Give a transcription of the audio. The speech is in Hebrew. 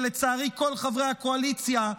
ולצערי כל חברי הקואליציה,